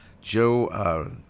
Joe